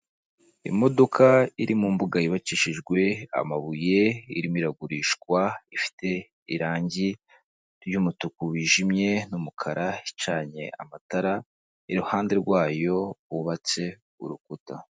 Imodoka iri mu mbuga yubakishijwe amabuye iragurishwa ifite irangi ry'umutuku wijimye n'umukara icanye amatara, iruhande rwayo hubatse urukuta.